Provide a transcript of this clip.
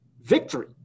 victory